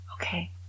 Okay